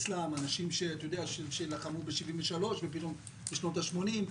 אנשים שלחמו ב-1973 ופתאום בשנות השמונים?